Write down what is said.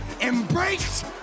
Embrace